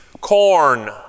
corn